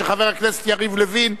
של חבר הכנסת יריב לוין.